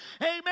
Amen